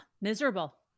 Miserable